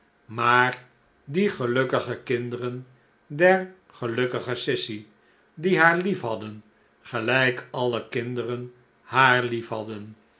maar die gelukkige kinderen der gelukkige sissy die haar liefhadden gelijk alle kinderen haar